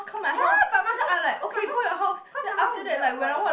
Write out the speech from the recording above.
ya but my house cause my house cause my house is very open